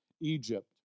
Egypt